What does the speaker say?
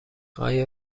آیا